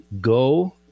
go